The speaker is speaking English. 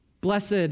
Blessed